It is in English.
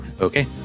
okay